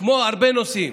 כמו הרבה נושאים.